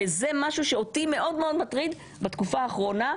זה משהו שאותי מאוד מאוד מטריד בתקופה האחרונה,